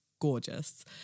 gorgeous